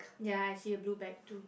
ya I see a blue bag too